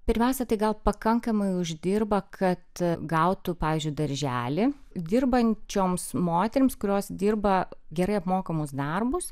pirmiausia tai gal pakankamai uždirba kad gautų pavyzdžiui darželį dirbančioms moterims kurios dirba gerai apmokamus darbus